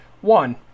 one